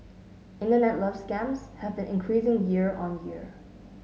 internet love scams have been increasing year on year